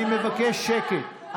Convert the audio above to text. אני מבקש שקט.